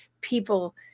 people